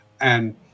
and-